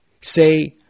Say